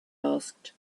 asked